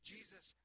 Jesus